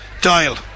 Dial